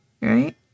Right